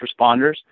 responders